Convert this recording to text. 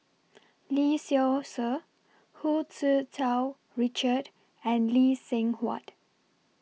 Lee Seow Ser Hu Tsu Tau Richard and Lee Seng Huat